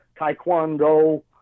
Taekwondo